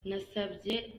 nasabye